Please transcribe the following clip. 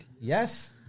Yes